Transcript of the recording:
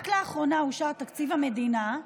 רק לאחרונה אושר תקציב המדינה,